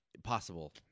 possible